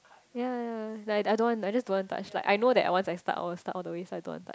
yea yea like I don't want I just don't want touch like I know that once I start I will start all the way so I don't want touch